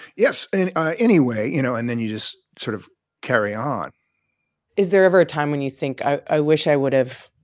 yes, and anyway, you know, and then you just sort of carry on is there ever a time when you think i wish i would have